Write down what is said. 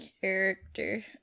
character